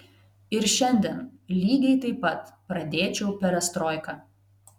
ir šiandien lygiai taip pat pradėčiau perestroiką